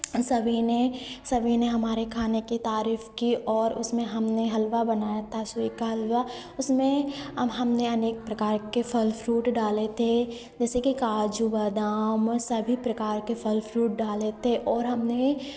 हम सभी ने सभी ने हमारे खाने की तारीफ़ की और उसमें हमने हलवा बनाया था सेब का हलवा उसमें अब हमने अनेक प्रकार के फल फ्रूट डाले थे जैसे की काजू बादाम और सभी प्रकार के फल फ्रूट डाले थे और हमने